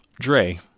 Dre